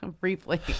Briefly